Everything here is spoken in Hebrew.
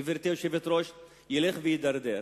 גברתי היושבת-ראש, ילך ויידרדר.